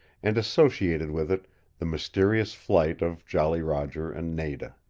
and associated with it the mysterious flight of jolly roger and nada.